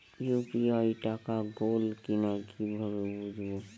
UPI টাকা গোল কিনা কিভাবে বুঝব?